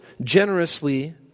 generously